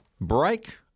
break